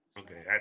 Okay